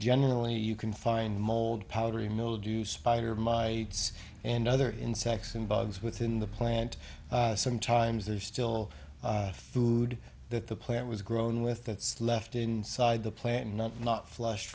generally you can find mold powdery mildew spider my and other insects and bugs within the plant sometimes there's still food that the plant was grown with that's left inside the plant not not flush